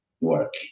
work